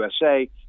USA